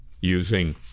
using